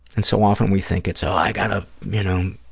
and so often we think it's, oh, i've got to, you know,